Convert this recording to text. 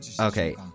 okay